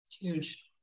Huge